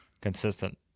consistent